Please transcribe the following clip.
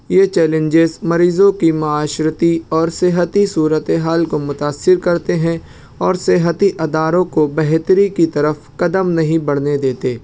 یہ چیلنجیز مریضوں کی معاشرتی اور صحتی صورتِ حال کو متاثر کرتے ہیں اور صحتی اداروں کو بہتری کی طرف قدم نہیں بڑھنے دیتے